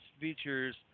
features